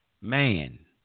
Man